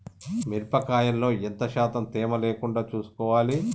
మిరప కాయల్లో ఎంత శాతం తేమ లేకుండా చూసుకోవాలి?